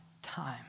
Time